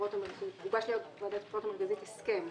הוגש ליו"ר ועדת הבחירות המרכזית הסכם